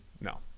no